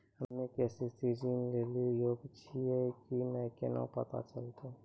हम्मे के.सी.सी ऋण लेली योग्य छियै की नैय केना पता करबै?